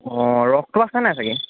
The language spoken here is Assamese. অ ৰসটো আছে নাই চাগৈ